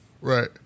Right